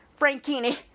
Frankini